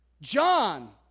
John